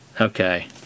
Okay